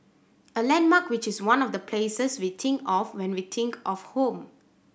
a landmark which is one of the places we think of when we think of home